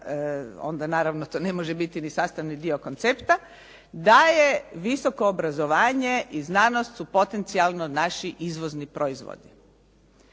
onda naravno to ne može biti ni sastavni dio koncepta da je visoko obrazovanje i znanost su potencijalno naši izvozni proizvodi,